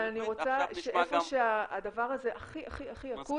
אבל אני רוצה שאיפה שהדבר הזה הכי הכי הכי אקוטי,